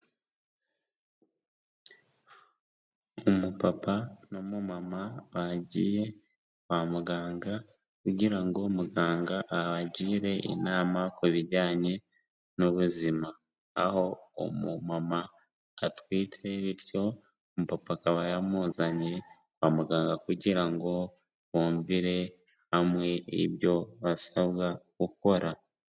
Umupapa n'umumama bagiye kwa muganga, kugira ngo muganga abagire inama ku bijyanye n'ubuzima. Aho umumama atwite bityo umupapa akaba yamuzanye kwa muganga, kugira ngo bumvire hamwe ibyo basabwa gukora.